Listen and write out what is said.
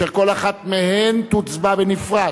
אשר כל אחת מהן תוצבע בנפרד.